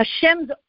Hashem's